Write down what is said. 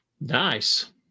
Nice